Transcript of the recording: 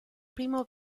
primo